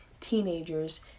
teenagers